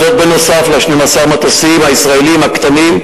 זאת בנוסף ל-12 המטוסים הישראליים הקטנים,